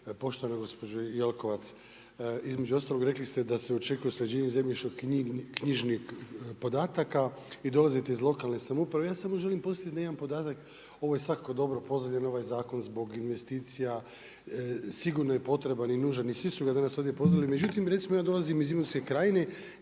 Poštovana gospođo Jelkovac, između ostalog rekli ste da se očekuje usklađivanje zemljišno knjižnih podataka i dolazite iz lokalne samouprave. Ja samo želim podsjetiti na jedan podatak, ovo je svakako dobro, pozdravljam ovaj zakon zbog investicija, sigurno je potreban i nužan i svi su ga ovdje danas pozdravili, međutim recimo ja dolazim iz Imotske krajine